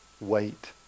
wait